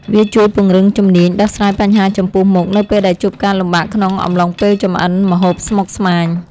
វាជួយពង្រឹងជំនាញដោះស្រាយបញ្ហាចំពោះមុខ នៅពេលដែលជួបការលំបាកក្នុងអំឡុងពេលចម្អិនម្ហូបស្មុគស្មាញ។